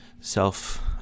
self